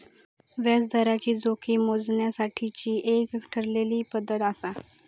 व्याजदराची जोखीम मोजण्यासाठीची एक ठरलेली पद्धत आसा